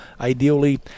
ideally